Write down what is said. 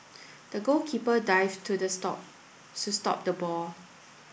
the goalkeeper dived to this stop so stop the ball